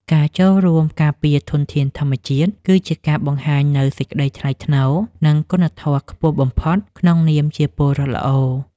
ការចូលរួមការពារធនធានធម្មជាតិគឺជាការបង្ហាញនូវសេចក្តីថ្លៃថ្នូរ និង គុណធម៌ខ្ពស់បំផុតក្នុងនាមជាពលរដ្ឋល្អ។